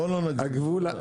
שעל גבול הזויים.